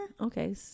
Okay